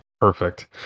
Perfect